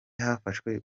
hafashwe